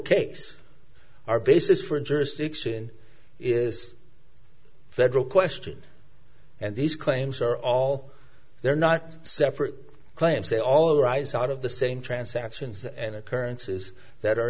case our basis for jurisdiction is federal question and these claims are all they're not separate claims they all arise out of the same transactions and occurrences that are